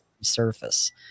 surface